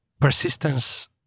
persistence